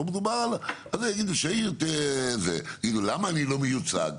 פה מדובר על --- יגיע למה אני לא מיוצג?